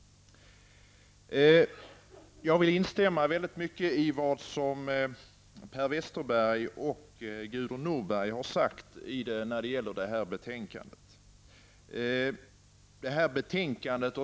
Jag vill till stor del instämma i det Per Westerberg och Gudrun Norberg har sagt beträffande detta betänkande.